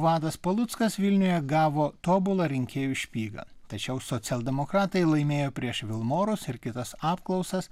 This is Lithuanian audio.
vadas paluckas vilniuje gavo tobulą rinkėjų špygą tačiau socialdemokratai laimėjo prieš vilmorus ir kitas apklausas